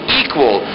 equal